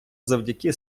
завдяки